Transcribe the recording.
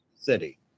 city